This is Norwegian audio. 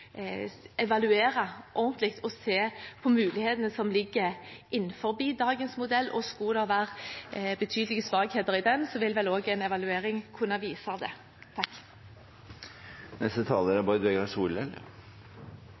evaluere ordentlig og se på mulighetene som ligger innenfor dagens modell. Og skulle det være betydelige svakheter i den, vil vel også en evaluering kunne vise det. Kriminalomsorga er ein svært viktig og ofte undervurdert institusjon i samfunnet vårt. Ho er